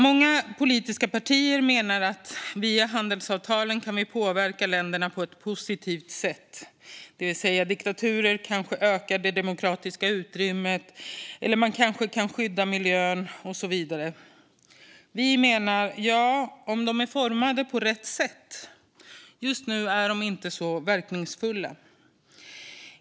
Många politiska partier menar att vi via handelsavtalen kan påverka länderna på ett positivt sätt, det vill säga att diktaturer kanske ökar det demokratiska utrymmet eller man kanske kan skydda miljön och så vidare. Vi menar: Ja, om de är formade på rätt sätt. Just nu är de inte så verkningsfulla.